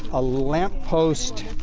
a lamp post,